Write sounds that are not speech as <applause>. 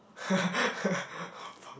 <laughs> oh fuck